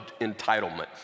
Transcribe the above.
entitlement